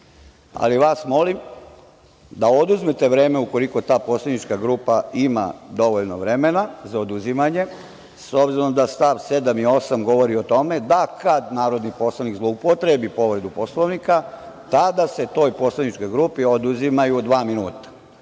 ali vas molim da oduzmete vreme ukoliko ta poslanička grupa ima dovoljno vremena za oduzimanje, s obzirom da st. 7) i 8) govori o tome da kad narodni poslanik zloupotrebi povredu Poslovnika, tada se toj poslaničkoj grupi oduzimaju dva minuta.I